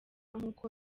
nk’uko